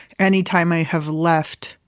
any time i have left,